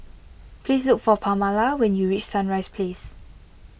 please look for Pamala when you reach Sunrise Place